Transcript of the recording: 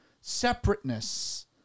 Separateness